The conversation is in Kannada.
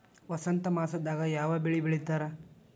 ವಸಂತ ಮಾಸದಾಗ್ ಯಾವ ಬೆಳಿ ಬೆಳಿತಾರ?